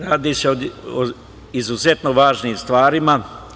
Radi se o izuzetno važnim stvarima.